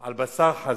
על בשר חזיר,